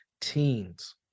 teens